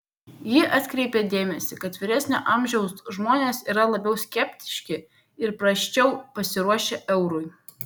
ji atkreipė dėmesį kad vyresnio amžiaus žmonės yra labiau skeptiški ir prasčiau pasiruošę eurui